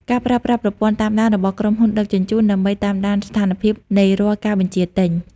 ការប្រើប្រាស់ប្រព័ន្ធតាមដានរបស់ក្រុមហ៊ុនដឹកជញ្ជូន ដើម្បីតាមដានស្ថានភាពនៃរាល់ការបញ្ជាទិញ។